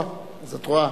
או, אז את רואה,